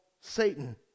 Satan